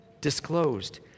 disclosed